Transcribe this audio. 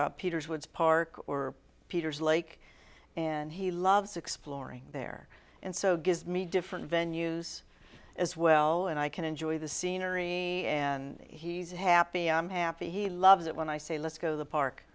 to peter's woods park or peters lake and he loves exploring there and so gives me different venue's as well and i can enjoy the scenery and he's happy i'm happy he loves it when i say let's go the park